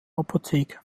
apotheke